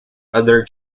other